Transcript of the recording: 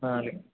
అలాగే అండి